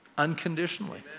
Unconditionally